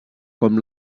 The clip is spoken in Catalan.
com